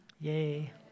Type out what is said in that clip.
Yay